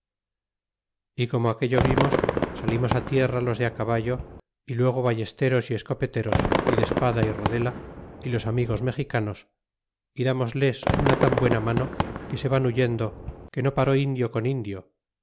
y como aquello vimos salimos tierra los de caballo y luego ballesteros y escopeteros y de espada y rodela y los amigos mexicanos y damosles una tan buena mano que se van huyendo que no paró indio con indio